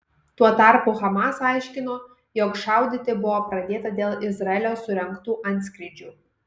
tuo tarpu hamas aiškino jog šaudyti buvo pradėta dėl izraelio surengtų antskrydžių